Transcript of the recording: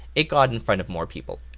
it got in front of more people.